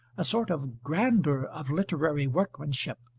a sort of grandeur of literary workmanship,